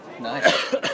Nice